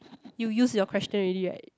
you use your question already right